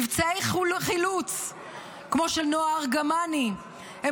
מבצעי חילוץ כמו של נועה ארגמני הם